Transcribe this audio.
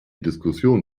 diskussion